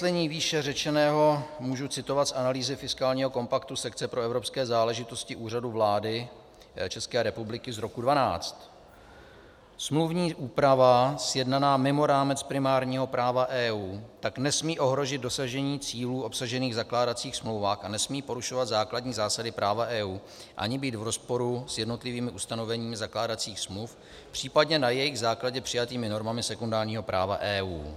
Pro dokreslení výše řečeného můžu citovat z analýzy fiskálního kompaktu sekce pro evropské záležitosti Úřadu vlády České republiky z roku 2012: Smluvní úprava sjednaná mimo rámec primárního práva EU tak nesmí ohrozit dosažení cílů obsažených v zakládacích smlouvách a nesmí porušovat základní zásady práva EU ani být v rozporu s jednotlivými ustanoveními zakládacích smluv, případně na jejich základě přijatými normami sekundárního práva EU.